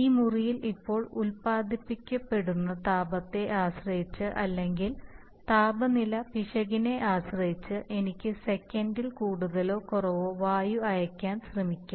ഈ മുറിയിൽ ഇപ്പോൾ ഉൽപാദിപ്പിക്കപ്പെടുന്ന താപത്തെ ആശ്രയിച്ച് അല്ലെങ്കിൽ താപനില പിശകിനെ ആശ്രയിച്ച് എനിക്ക് സെക്കൻഡിൽ കൂടുതലോ കുറവോ വായു അയയ്ക്കാൻ ശ്രമിക്കാം